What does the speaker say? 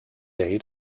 aid